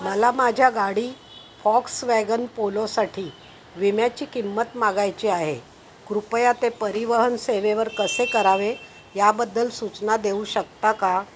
मला माझ्या गाडी फॉक्सवॅगन पोलोसाठी विम्याची किंमत मागायची आहे कृपया ते परिवहन सेवेवर कसे करावे याबद्दल सूचना देऊ शकता का